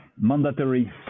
mandatory